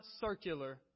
circular